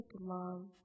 love